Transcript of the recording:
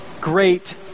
great